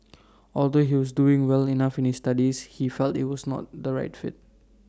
although he was doing well enough in his studies he felt IT was not the right fit